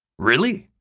really?